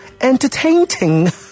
entertaining